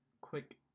quick